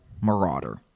marauder